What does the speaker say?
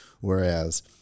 Whereas